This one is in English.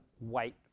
wait